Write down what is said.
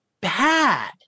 bad